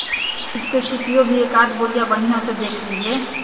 बीज के सूचियो भी एकाद बेरिया बनिहा से देख लीहे